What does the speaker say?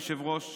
אדוני היושב-ראש,